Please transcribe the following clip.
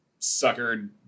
suckered